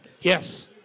Yes